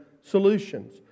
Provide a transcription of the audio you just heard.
solutions